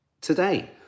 today